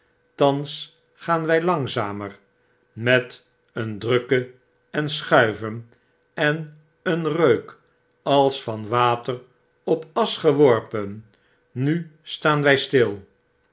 thans gaan wy langzamer met een drukken en schuiven en een reuk als van water op asch geworpen nu staan wy stil